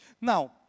Now